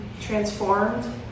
transformed